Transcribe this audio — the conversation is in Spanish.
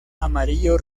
amarillo